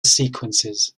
sequences